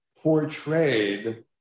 portrayed